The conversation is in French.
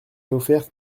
offertes